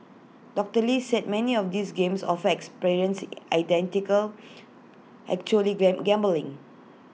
doctor lee said many of these games offer experiences identical actually gram gambling